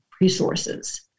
resources